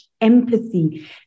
empathy